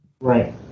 Right